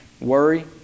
worry